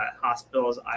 hospitals